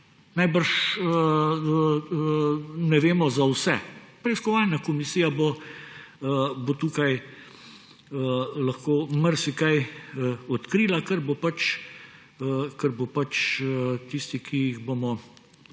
najbrž ne vemo za vse. Preiskovalna komisija bo tukaj lahko marsikaj odkrila od tistih, ki jih bomo